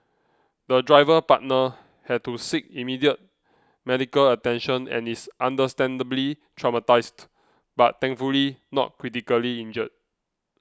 the driver partner had to seek immediate medical attention and is understandably traumatised but thankfully not critically injured